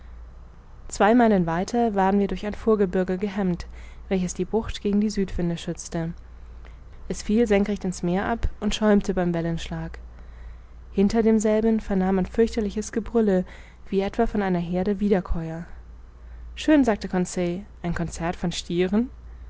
zwei meilen weiter waren wir durch ein vorgebirge gehemmt welches die bucht gegen die südwinde schützte es fiel senkrecht in's meer ab und schäumte beim wellenschlag hinter demselben vernahm man fürchterliches gebrülle wie etwa von einer heerde wiederkäuer schön sagte conseil ein concert von stieren